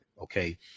Okay